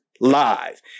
live